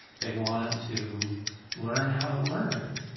they want them to learn how to learn.